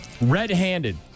red-handed